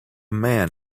man